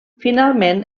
finalment